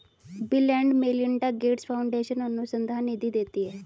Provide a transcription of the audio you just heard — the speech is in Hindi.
bill and Melinda Gates foundation अनुसंधान निधि देती है